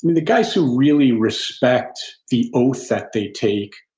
the guys who really respect the oath that they take,